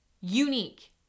Unique